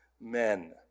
men